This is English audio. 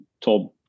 told